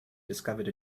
discovered